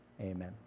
Amen